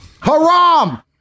Haram